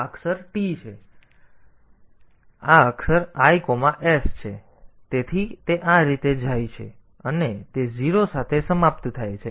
તેથી આ અક્ષર t છે આ અક્ષર h છે આ અક્ષર i s છે તેથી તે આ રીતે જાય છે અને તે 0 સાથે સમાપ્ત થાય છે